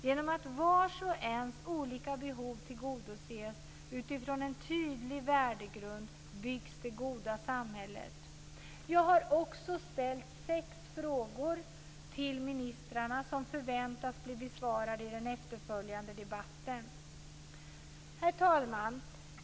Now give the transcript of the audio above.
Genom att vars och ens olika behov tillgodoses utifrån en tydlig värdegrund byggs det goda samhället. Jag har också ställt sex frågor till ministrarna, som jag förväntar blir besvarade i den efterföljande debatten. Herr talman!